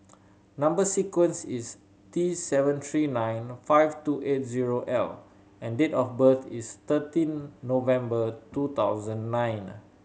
number sequence is T seven three nine five two eight zero L and date of birth is thirteen November two thousand nine